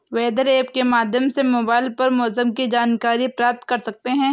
weather app के माध्यम से मोबाइल पर मौसम की जानकारी प्राप्त कर सकते हैं